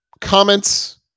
comments